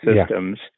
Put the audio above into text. systems